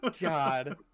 god